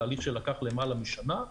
תהליך שלקח למעלה משנה,